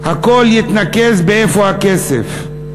הכול יתנקז באיפה הכסף,